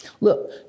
Look